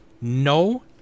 No